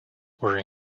were